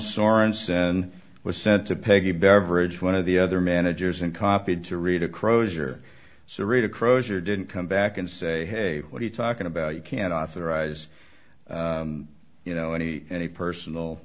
sorenson was sent to peggy beverage one of the other managers and copied to read a crozier cerate a crozier didn't come back and say hey what are you talking about you can't authorize you know any any personal